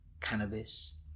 cannabis